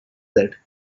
that